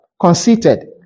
conceited